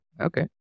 Okay